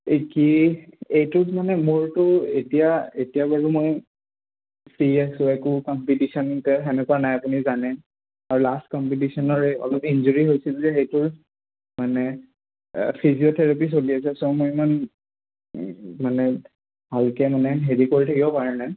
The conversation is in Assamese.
এই কি এইটোত মানে মোৰতো এতিয়া এতিয়া বাৰু মই ফ্ৰী আছো একো কম্পিটিশনকে সেনেকুৱা নাই আপুনি জানে আৰু লাষ্ট কম্পিটিশনৰ এই অলপ ইঞ্জৰী হৈছিল যে সেইটোৰ মানে ফিজিঅ'থেৰাপি চলি আছে চ' মই ইমান মানে ভালকৈ মানে হেৰি কৰি থাকিব পৰা নাই